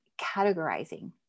categorizing